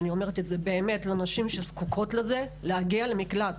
ואני אומרת את זה באמת לנשים שזקוקות לזה: להגיע למקלט.